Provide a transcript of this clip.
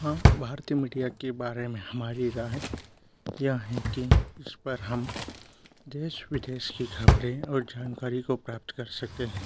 हाँ भारतीय मीडिया के बारे में हमारी राय क्या है कि इस पर हम देश विदेश की खबरें और जानकारी को प्राप्त कर सकते हैं